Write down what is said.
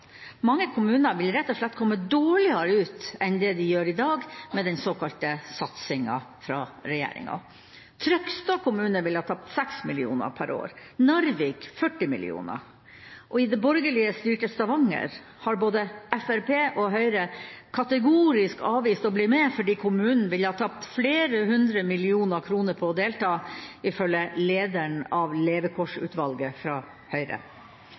Mange kommuner vil rett og slett komme dårligere ut enn det de gjør i dag med den såkalte satsingen fra regjeringa. Trøgstad kommune ville ha tapt 6 mill. kr per år, Narvik 40 mill. kr. I borgerlig styrte Stavanger har både Fremskrittspartiet og Høyre kategorisk avvist å bli med fordi kommunen ville ha tapt flere hundre millioner kroner på å delta, ifølge lederen av levekårsutvalget fra Høyre.